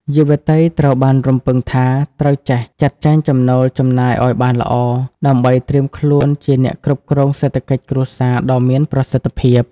យុវតីត្រូវបានរំពឹងថា ត្រូវចេះ "ចាត់ចែងចំណូលចំណាយ" ឱ្យបានល្អ ដើម្បីត្រៀមខ្លួនជាអ្នកគ្រប់គ្រងសេដ្ឋកិច្ចគ្រួសារដ៏មានប្រសិទ្ធភាព។